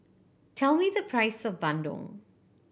tell me the price of bandung